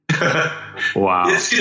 Wow